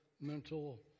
mental